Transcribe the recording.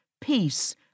peace